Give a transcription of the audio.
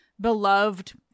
beloved